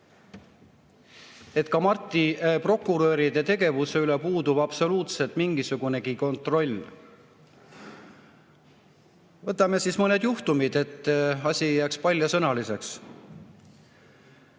et ka Marti prokuröride tegevuse üle on absoluutselt puudunud mingisugunegi kontroll. Võtame mõned juhtumid, et asi ei jääks paljasõnaliseks.